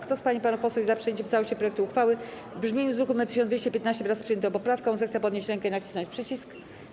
Kto z pań i panów posłów jest za przyjęciem w całości projektu uchwały w brzmieniu z druku nr 1215, wraz z przyjętą poprawką, zechce podnieść rękę i nacisnąć przycisk.